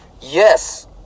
Yes